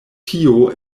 tio